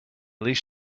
least